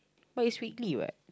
but is weekly what